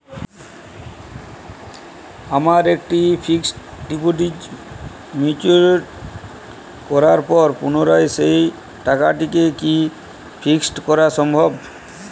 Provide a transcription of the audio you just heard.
আমার একটি fixed deposit mature করার পর পুনরায় সেই টাকাটিকে কি ফিক্সড করা সম্ভব?